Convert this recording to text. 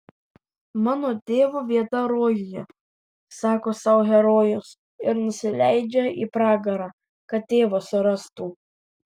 mano tėvo vieta rojuje sako sau herojus ir nusileidžia į pragarą kad tėvą surastų